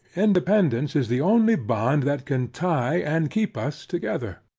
independance is the only bond that can tye and keep us together.